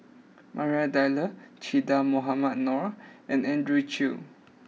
Maria Dyer Che Dah Mohamed Noor and Andrew Chew